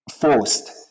forced